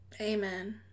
amen